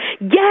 Yes